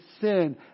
sin